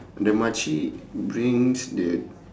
the makcik brings the